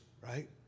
right